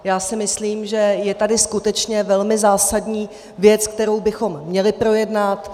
Já si myslím, že je tady skutečně velmi zásadní věc, kterou bychom měli projednat.